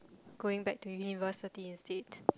going back to university instead